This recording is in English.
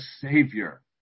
savior